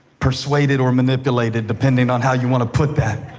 persuaded or manipulated, depending on how you want to put that.